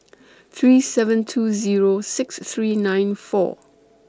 three seven two Zero six three nine four